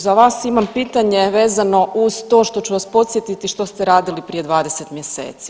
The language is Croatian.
Za vas imam pitanje vezano uz to što ću vas podsjetiti što ste radili prije 20 mjeseci.